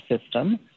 system